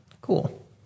Cool